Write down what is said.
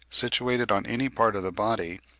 situated on any part of the body,